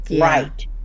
Right